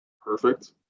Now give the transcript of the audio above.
perfect